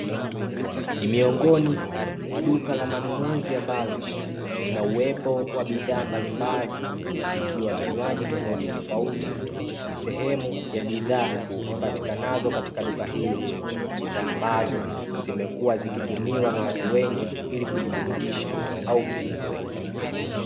Ni miongoni mwa duka la manunuzi ambalo, lina uwepo wa bidhaa mbalimbali, ikiwa ni vinywaji tofautitofauti, ni sehemu ya bidhaa zipatikanazo katika duka hilo, bidhaa ambazo zimekuwa zikitumiwa na watu wengi, ili kujiburudisha au kupunguza kiu.